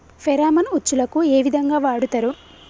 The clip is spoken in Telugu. ఫెరామన్ ఉచ్చులకు ఏ విధంగా వాడుతరు?